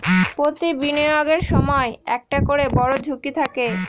প্রতি বিনিয়োগের সময় একটা করে বড়ো ঝুঁকি থাকে